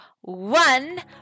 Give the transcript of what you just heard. one